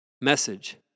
Message